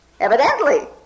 evidently